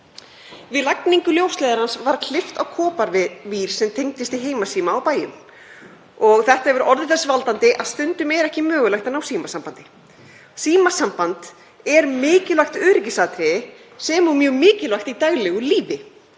Við lagningu ljósleiðarans var klippt á koparvír sem tengdist í heimasíma á bæjum og þetta hefur orðið þess valdandi að stundum er ekki mögulegt að ná símasambandi. Símasamband er mikilvægt öryggisatriði sem og mjög mikilvægt í daglegu lífi.